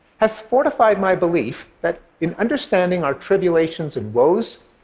has fortified my belief that in understanding our tribulations and woes,